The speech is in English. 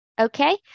Okay